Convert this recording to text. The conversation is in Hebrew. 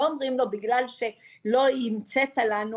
אנחנו לא אומרים לו בגלל שלא המצאת לנו,